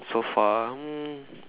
so far mm